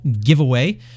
giveaway